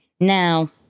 Now